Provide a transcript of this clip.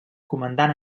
comandant